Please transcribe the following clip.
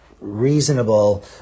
reasonable